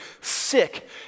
sick